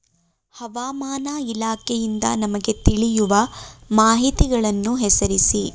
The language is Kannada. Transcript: ಹವಾಮಾನ ಇಲಾಖೆಯಿಂದ ನಮಗೆ ತಿಳಿಯುವ ಮಾಹಿತಿಗಳನ್ನು ಹೆಸರಿಸಿ?